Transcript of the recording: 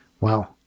Wow